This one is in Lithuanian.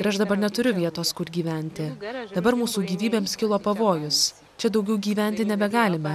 ir aš dabar neturiu vietos kur gyventi dabar mūsų gyvybėms kilo pavojus čia daugiau gyventi nebegalime